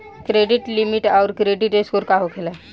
Credit limit आउर credit score का होखेला?